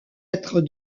être